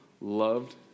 loved